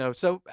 so so,